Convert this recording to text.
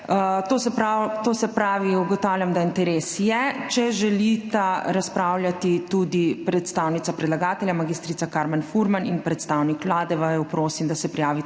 To se pravi, ugotavljam, da interes je. Če želita razpravljati tudi predstavnica predlagatelja mag. Karmen Furman in predstavnik Vlade, vaju prosim, da se prijavita